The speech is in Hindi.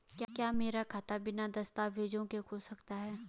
क्या मेरा खाता बिना दस्तावेज़ों के खुल सकता है?